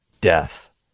death